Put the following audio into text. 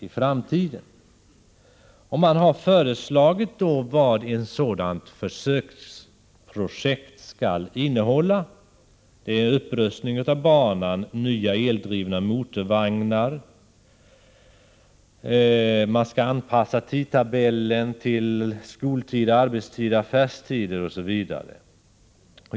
I motionen har man givit förslag om vad ett sådant försöksprojekt skulle kunna innehålla: upprustning av banan, nya eldrivna motorvagnar, anpassning av tidtabellen till skoltider, arbetstider och affärstider, m.m.